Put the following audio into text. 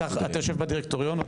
אתה יושב בדירקטוריון?